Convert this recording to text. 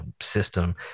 system